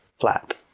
flat